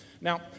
Now